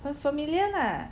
很 familiar lah